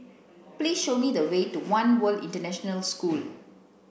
please show me the way to One World International School